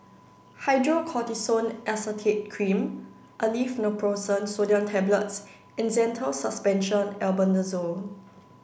Hydrocortisone Acetate Cream Aleve Naproxen Sodium Tablets and Zental Suspension Albendazole